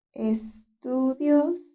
estudios